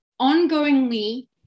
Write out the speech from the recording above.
ongoingly